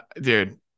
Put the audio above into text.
Dude